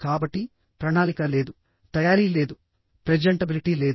కాబట్టి ప్రణాళిక లేదు తయారీ లేదు ప్రెజెంటబిలిటీ లేదు